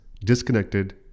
disconnected